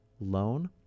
loan